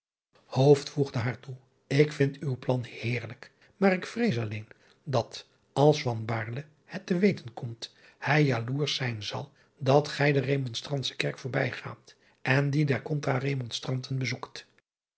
haar toe k vind uw plan heerlijk maar ik vrees alleen dat als het te weten komt hij jaloersch zijn zal dat gij de emonstrantsche erk voorbijgaat en die der ontra emonstranten bezoekt